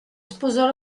sposò